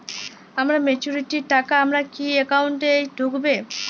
আমার ম্যাচুরিটির টাকা আমার কি অ্যাকাউন্ট এই ঢুকবে?